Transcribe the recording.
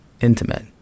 intimate